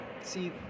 See